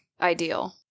ideal